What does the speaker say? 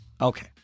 Okay